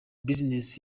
business